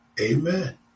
Amen